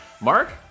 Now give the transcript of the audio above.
Mark